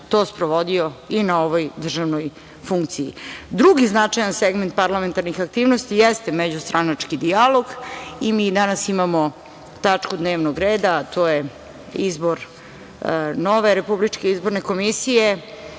to sprovodio i na ovoj državnoj funkciji. Drugi značajan segment parlamentarnih aktivnosti jeste međustranački dijalog i mi danas imamo tačku dnevnog reda - Izbor nove Republičke izborne komisije,